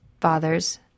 Fathers